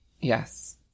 Yes